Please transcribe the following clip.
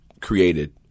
created